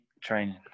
training